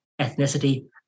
ethnicity